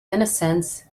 innocence